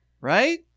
right